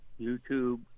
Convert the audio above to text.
YouTube